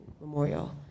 Memorial